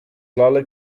lalek